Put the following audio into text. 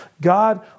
God